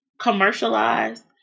commercialized